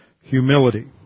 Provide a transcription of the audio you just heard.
humility